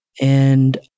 And-